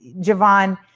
Javon